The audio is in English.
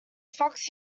fox